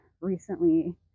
recently